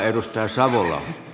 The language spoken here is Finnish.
herra puhemies